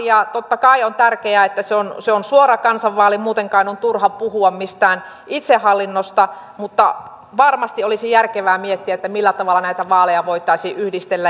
ja totta kai on tärkeää että se on suora kansanvaali muuten kai on turha puhua mistään itsehallinnosta mutta varmasti olisi järkevää miettiä millä tavalla näitä vaaleja voitaisiin yhdistellä